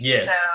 Yes